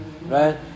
Right